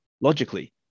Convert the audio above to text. logically